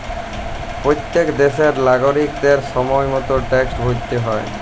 প্যত্তেক দ্যাশের লাগরিকদের সময় মত ট্যাক্সট ভ্যরতে হ্যয়